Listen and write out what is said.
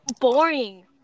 boring